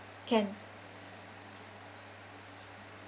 can